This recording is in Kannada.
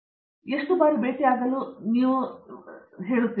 ಅವರು ಎಷ್ಟು ಬಾರಿ ಭೇಟಿಯಾಗಬೇಕು ಎಂದು ನೀವು ಯೋಚಿಸಬೇಕು